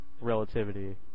relativity